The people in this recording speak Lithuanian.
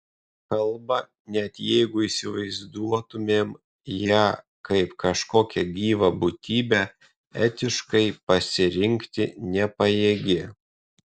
kalba net jeigu įsivaizduotumėm ją kaip kažkokią gyvą būtybę etiškai pasirinkti nepajėgi